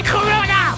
Corona